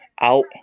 out